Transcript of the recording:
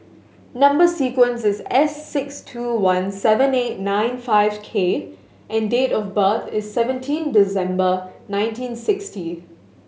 number sequence is S six two one seven eight nine five K and date of birth is seventeen December nineteen sixty